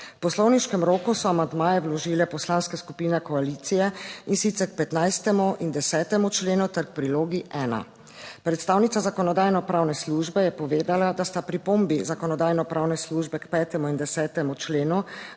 poslovniškem roku so amandmaje vložile poslanske skupine koalicije, in sicer k 15. in 10. členu ter k prilogi 1. Predstavnica Zakonodajno-pravne službe je povedala, da sta pripombi Zakonodajno-pravne službe k 5. in 10. členu